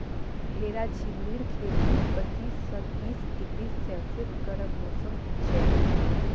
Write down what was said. घेरा झिंगलीर खेती पच्चीस स तीस डिग्री सेल्सियस गर्म मौसमत हछेक